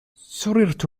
سررت